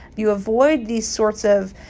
you avoid these sorts of,